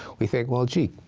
we think, well, gee,